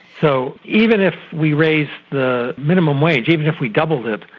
so even if we raised the minimum wage, even if we doubled it,